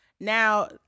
Now